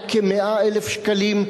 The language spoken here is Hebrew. רק כ-100,000 שקלים,